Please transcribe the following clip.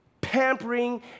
pampering